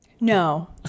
No